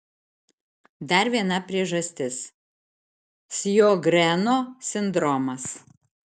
dar viena priežastis sjogreno sindromas